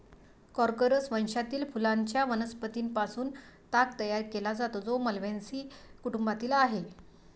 Corchorus वंशातील फुलांच्या वनस्पतीं पासून ताग तयार केला जातो, जो माल्व्हेसी कुटुंबातील आहे